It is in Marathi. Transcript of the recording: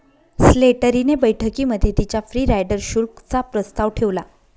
स्लेटरी ने बैठकीमध्ये तिच्या फ्री राईडर शुल्क चा प्रस्ताव ठेवला